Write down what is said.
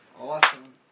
Awesome